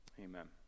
Amen